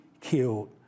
killed